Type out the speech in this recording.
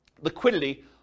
liquidity